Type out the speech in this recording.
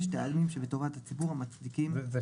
5. --- שבטובת הציבור המצדיקים את ביטול הרישיון או את התלייתו.